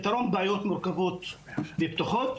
פתרון בעיות מורכבות ופתוחות,